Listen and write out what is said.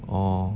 orh